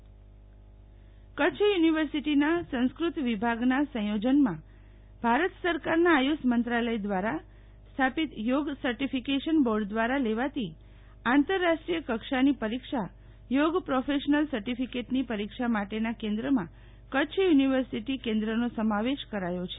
શીતલ વૈશ્નવ કરછ યુનિવર્સીટીનાં સંસ્કૃત વિભાગના સંયોજનમાં ભારત સરકારનાં આયુષ મંત્રાલય દ્વારા સ્થાપિત થોગ સર્ટિફિકેટશન બોર્ડ દ્વારા લેવાતી આંતરરાષ્ટ્રીય કક્ષાની પરીક્ષા યોગ પ્રોફેશનલ સર્ટીફીકેટની પરીક્ષા માટેના કેન્દ્રમાં કરછ યુનિવર્સીટી કેન્દ્રનો સમાવેશ કરાયો છે